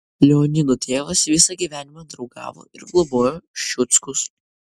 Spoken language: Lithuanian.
leonido tėvas visą gyvenimą draugavo ir globojo ščiuckus